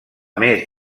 més